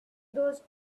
those